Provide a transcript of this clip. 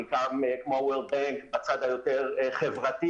חלקם כמו הבנק העולמי בצד היותר חברתי